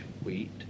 wheat